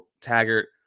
Taggart